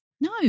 No